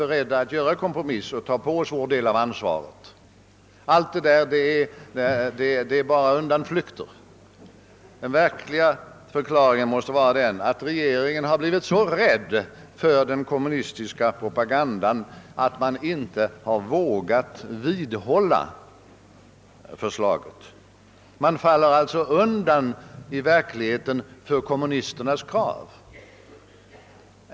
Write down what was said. Nej, det är bara undanflykter, ty vi har varit beredda att göra kompromisser och ta på oss vår del av ansvaret. Den verkliga förklaringen måste vara att regeringen har blivit så rädd för den kommunistiska propagandan, att den inte har vågat vidhålla sitt eget förslag. Regeringen faller i verkligheten undan för kommunisternas krav.